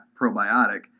probiotic